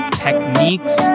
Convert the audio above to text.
techniques